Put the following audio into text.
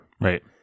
Right